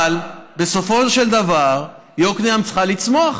אבל בסופו של דבר יקנעם צריכה לצמוח.